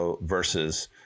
versus